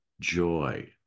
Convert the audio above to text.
joy